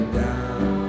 down